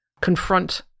confront